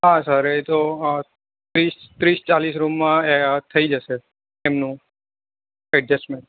હા સર એતો હા ત્રીસ ત્રીસ ચાલીશ રૂમમાં થઈ જશે એમનું એક્જસમેન્ટ